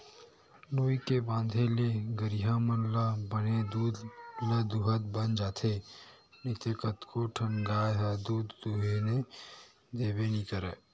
नोई के बांधे ले गहिरा मन ल बने दूद ल दूहूत बन जाथे नइते कतको ठन गाय ह दूद दूहने देबे नइ करय